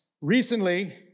Recently